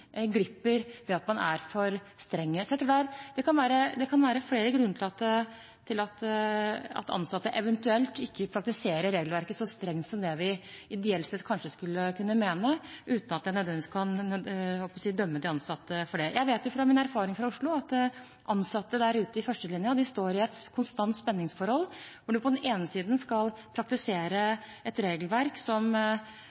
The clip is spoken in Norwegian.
ved at man er for streng. Så jeg tror det kan være flere grunner til at ansatte eventuelt ikke praktiserer regelverket så strengt som det vi ideelt sett kanskje mener at de skulle, uten at jeg nødvendigvis kan – jeg holdt på å si – dømme de ansatte for det. Jeg vet fra min erfaring fra Oslo at ansatte der ute i førstelinjen står i et konstant spenningsforhold, hvor man på den ene siden skal